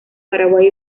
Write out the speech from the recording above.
paraguay